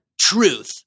Truth